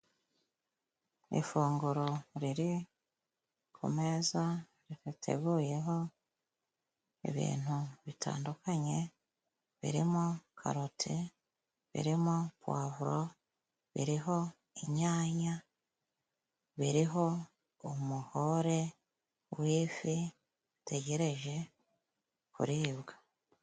Ifunguro riri ku meza riteguyeho ibintu bitandukanye birimo karoti, birimo puwavuro, biriho inyanya, biriho umuhore w'ifi utegereje kuribwa.